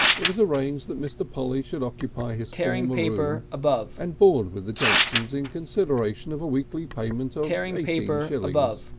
it was arranged that mr. polly should occupy his former room and board with the johnsons in consideration of a weekly payment of eighteen shillings.